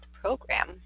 program